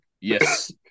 yes